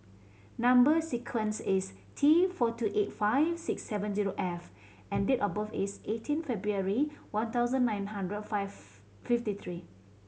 number sequence is T four two eight five six seven zero F and date of birth is eighteen February one thousand nine hundred five fifty three